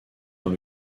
dans